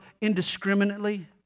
indiscriminately